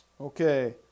Okay